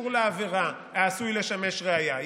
שהם חפץ הקשור לעבירה העשוי לשמש ראיה.